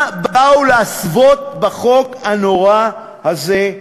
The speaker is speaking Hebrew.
מה באו להסוות בחוק הנורא הזה?